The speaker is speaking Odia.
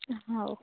ହଉ